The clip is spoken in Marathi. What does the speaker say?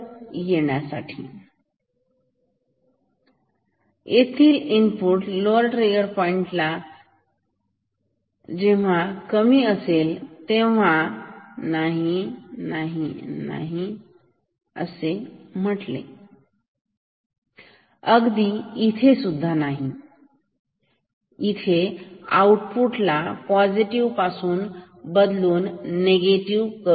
हा जो भाग दाखवला आहे आहे त्याचा विचार करा तर हे आहे पॉझिटिव्ह आउटपुट